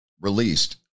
released